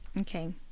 Okay